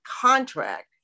contract